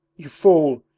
you fool!